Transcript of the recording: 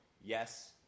yes